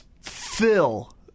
fill